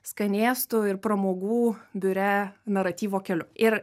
skanėstų ir pramogų biure naratyvo keliu ir